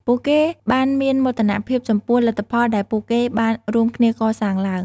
ពួកគេបានមានមោទនភាពចំពោះលទ្ធផលដែលពួកគេបានរួមគ្នាកសាងឡើង។